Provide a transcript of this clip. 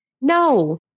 no